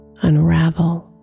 unravel